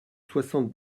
soixante